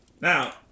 Now